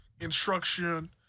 instruction